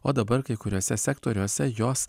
o dabar kai kuriuose sektoriuose jos